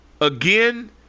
again